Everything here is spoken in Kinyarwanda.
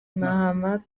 mahama